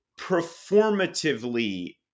performatively